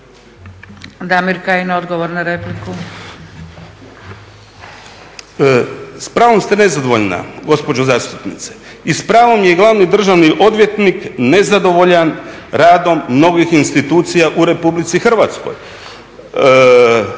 **Kajin, Damir (ID - DI)** S pravom ste nezadovoljan gospođo zastupnice i s pravom je glavni državni odvjetnik nezadovoljan radom novih institucija u Republici Hrvatskoj,